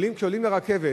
וכשהם עולים לרכבת,